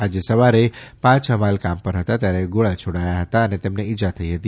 આજે સવારે પાંચ હમાલ કામ પર હતા ત્યારે ગોળા છોડાયા હતા અને તેમને ઈજાઓ થઈ હતી